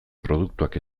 produktuak